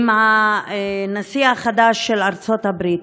עם הנשיא החדש של ארצות-הברית.